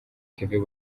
kevin